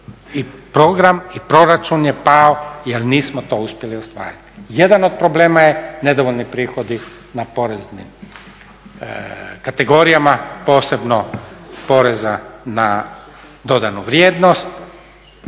i program i proračun je pao jel nismo to uspjeli ostvariti. Jedan od problema je nedovoljni prihodi na poreznim kategorijama, posebno poreza na dodanu vrijednost